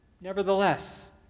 Nevertheless